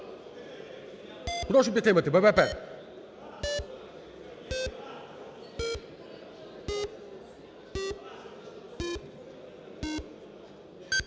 Прошу підтримати, БПП.